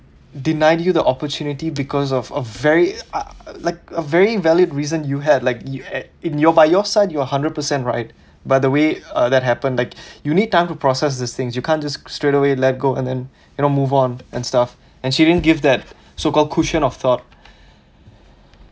denied you the opportunity because of a very like a very valid reason you had like by your side you are one hundred percent right by the way uh that happened like you need time to process these things you can't just straight away let go and then move on and stuff and she didn't give that so called cushion of thought